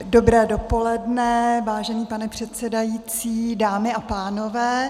Dobré dopoledne, vážený pane předsedající, dámy a pánové.